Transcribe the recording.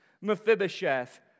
Mephibosheth